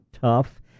tough